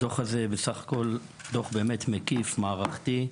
הדוח הזה הוא בסך הכול דוח באמת מקיף, מערכתי.